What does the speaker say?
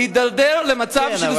להתדרדר למצב של זנות?